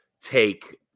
take